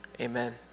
amen